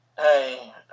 Hey